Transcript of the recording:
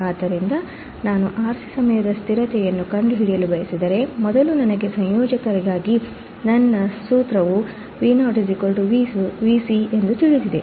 ಆದ್ದರಿಂದ ನಾನುRC ಸಮಯದ ಸ್ಥಿರತೆಯನ್ನು ಕಂಡುಹಿಡಿಯಲು ಬಯಸಿದರೆ ಮೊದಲು ನನಗೆ ಸಂಯೋಜಕರಿಗಾಗಿ ನನ್ನ ಸೂತ್ರವು Vo Vc ಎಂದು ತಿಳಿದಿದೆ